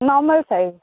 normal size